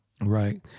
Right